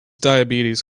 diabetes